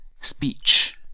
speech